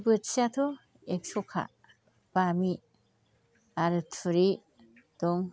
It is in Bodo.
बोथियाथ' एक्स'खा बामि आरो थुरि दं